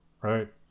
right